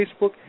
Facebook